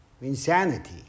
insanity